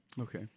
Okay